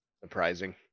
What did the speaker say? surprising